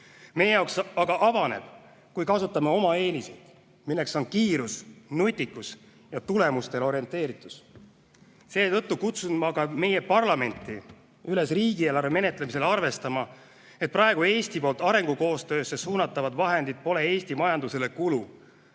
see aga avaneb, kui kasutame oma eeliseid, milleks on kiirus, nutikus ja tulemustele orienteeritus. Seetõttu kutsun ma ka meie parlamenti üles riigieelarve menetlemisel arvestama, et praegu Eesti poolt arengukoostöösse suunatavad vahendid pole Eesti majandusele kulu,